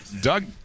Doug